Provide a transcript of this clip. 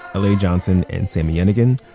ah la johnson and sami yenigun.